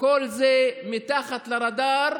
וכל זה מתחת לרדאר,